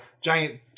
giant